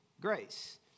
grace